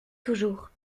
toujours